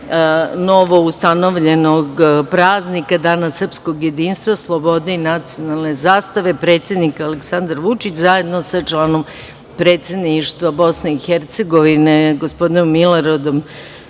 novoustanovljenog praznika – Dana srpskog jedinstva, slobode i nacionalne zastave. Predsednik Aleksandar Vučić, zajedno sa članom predsedništva BiH gospodinom Miloradom